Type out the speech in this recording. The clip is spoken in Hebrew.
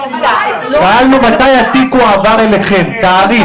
שאלנו מתי התיק הועבר אליכם, תאריך.